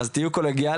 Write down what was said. אז תהיו קולגיאליים,